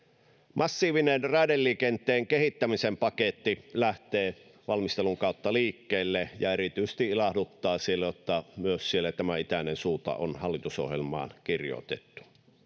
massiivinen raideliikenteen kehittämisen paketti lähtee valmistelun kautta liikkeelle ja siellä erityisesti ilahduttaa että myös tämä itäinen suunta on hallitusohjelmaan kirjoitettu